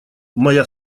моя